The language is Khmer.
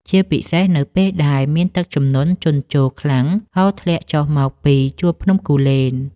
ជាពិសេសនៅពេលដែលមានទឹកជំនន់ជន់ជោរខ្លាំងហូរធ្លាក់ចុះមកពីជួរភ្នំគូលែន។